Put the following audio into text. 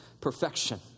perfection